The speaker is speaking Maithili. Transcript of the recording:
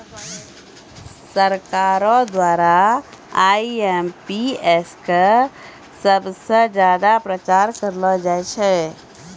सरकारो द्वारा आई.एम.पी.एस क सबस ज्यादा प्रचार करलो जाय छै